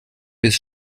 bis